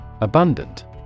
Abundant